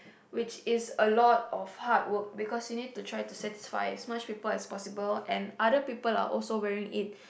which is a lot of hard work because you need to try to satisfy as much people as possible and other people are also wearing it